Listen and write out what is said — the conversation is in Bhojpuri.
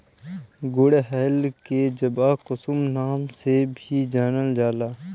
गुड़हल के जवाकुसुम नाम से भी जानल जाला